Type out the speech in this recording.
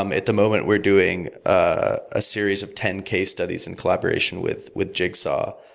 um at the moment, we're doing a series of ten k studies in collaboration with with jigsaw.